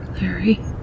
Larry